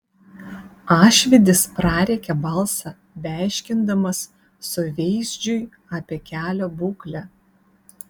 ašvydis prarėkė balsą beaiškindamas suveizdžiui apie kelio būklę